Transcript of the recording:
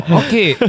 okay